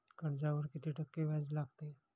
कर्जावर किती टक्के व्याज लागते?